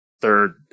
third